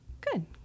Good